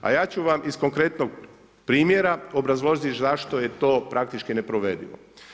A ja ću vam iz konkretnog primjera, obrazložiti zašto je to praktički neprovedivo.